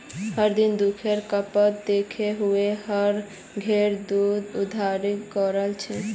हर दिन दुधेर खपत दखते हुए हर घोर दूध उद्द्योगेर ग्राहक छे